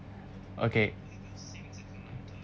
okay